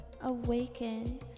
awaken